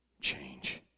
change